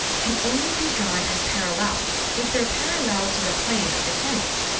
can only be drawn as parallel if they're parallel to the plane of the canvas.